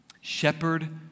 Shepherd